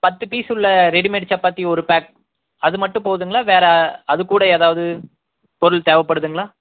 பத்து பீஸ் உள்ள ரெடிமேடு சப்பாத்தி ஒரு பேக் அது மட்டும் போதுங்களா வேறு அதுக் கூட ஏதாவது பொருள் தேவைப்படுதுங்ளா